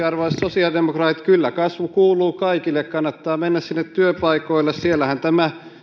arvoisat sosiaalidemokraatit kyllä kasvu kuuluu kaikille kannattaa mennä sinne työpaikoille siellähän tämä